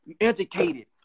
educated